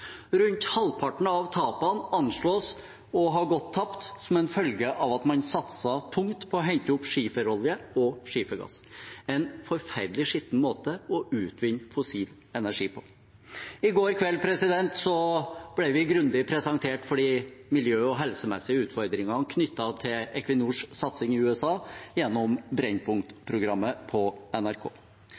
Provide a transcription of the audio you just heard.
Rundt halvparten av tapene anslås å ha vært en følge av at man satset tungt på å hente opp skiferolje og skifergass, en forferdelig skitten måte å utvinne fossil energi på. I går kveld ble vi grundig presentert for de miljø- og helsemessige utfordringene knyttet til Equinors satsing i USA gjennom Brennpunkt-programmet på NRK.